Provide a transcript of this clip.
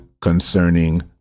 concerning